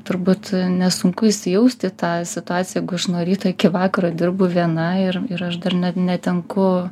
turbūt nesunku įsijausti į tą situaciją aš nuo ryto iki vakaro dirbu viena ir ir aš dar netenku